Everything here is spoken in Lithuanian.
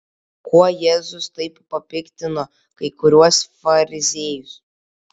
kuo jėzus taip papiktino kai kuriuos fariziejus